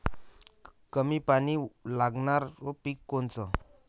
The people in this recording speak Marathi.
कमी पानी लागनारं पिक कोनचं?